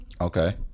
Okay